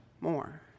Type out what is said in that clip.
more